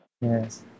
Yes